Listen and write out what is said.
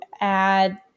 add